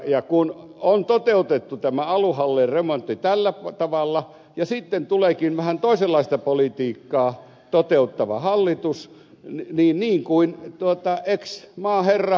ja kun on toteutettu tämä aluehallintoremontti tällä tavalla ja sitten tuleekin vähän toisenlaista politiikkaa toteuttava hallitus niin kun joka tapauksessa niin kuin ex maaherra ed